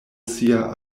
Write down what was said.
sia